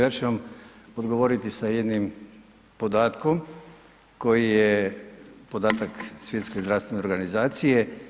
Ja ću vam odgovoriti sa jednim podatkom koji je podatak Svjetske zdravstvene organizacije.